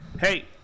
hey